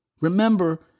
Remember